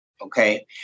okay